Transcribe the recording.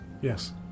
Yes